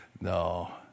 no